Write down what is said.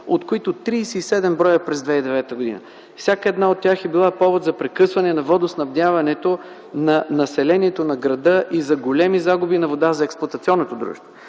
от които 37 бр. през 2009 г. Всяка една от тях е била повод за прекъсване на водоснабдяването на населението в града и за големи загуби на вода за експлоатационното дружество.